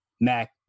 Mac